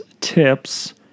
tips